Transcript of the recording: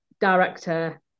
director